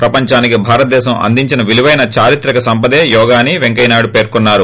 ప్రపంచానికి భారత దేశం అందించిన విలుపైన చారిత్రిక సంపదే యోగా అని వెంకయ్యనాయుడు పేర్కొన్నారు